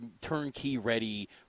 turnkey-ready